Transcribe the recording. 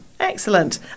Excellent